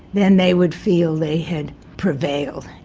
then they would feel they had prevailed.